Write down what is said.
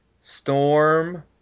Storm